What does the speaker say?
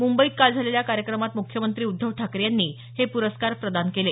मुंबईत काल झालेल्या कार्यक्रमात मुख्यमंत्री उद्धव ठाकरे यांनी हे पुरस्कार प्रदान केले